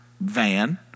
van